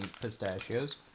pistachios